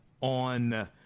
on